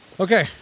Okay